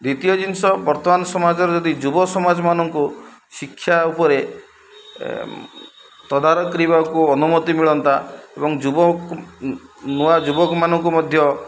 ଦ୍ଵିତୀୟ ଜିନିଷ ବର୍ତ୍ତମାନ ସମାଜରେ ଯଦି ଯୁବ ସମାଜମାନଙ୍କୁ ଶିକ୍ଷା ଉପରେ ତଦାରଖ କରିବାକୁ ଅନୁମତି ମିଳନ୍ତା ଏବଂ ଯୁବ ନୂଆ ଯୁବକମାନଙ୍କୁ ମଧ୍ୟ